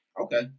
Okay